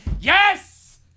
yes